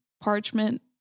parchment